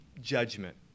judgment